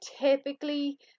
typically